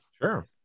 sure